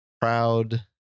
proud